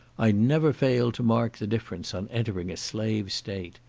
i never failed to mark the difference on entering a slave state.